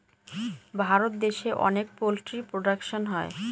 ভারত দেশে অনেক poultry production হয়